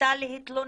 מחליטה להתלונן,